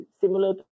similar